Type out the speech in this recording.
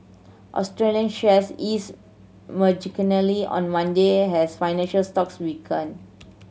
Australian shares eased marginally on Monday has financial stocks weakened